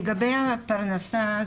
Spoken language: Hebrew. לגבי הפרנסה,